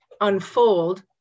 unfold